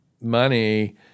money